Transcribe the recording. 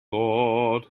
all